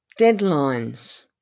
Deadlines